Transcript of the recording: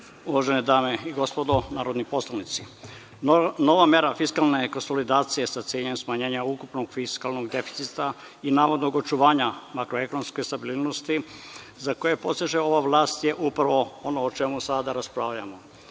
Hvala. Uvažene dame i gospodo narodni poslanici, nova mera fiskalne konsolidacije sa ciljem smanjenja ukupnog fiskalnog deficita i navodnog očuvanja makroekonomske stabilnosti za kojima poseže ova vlast je upravo ono o čemu sada raspravljamo,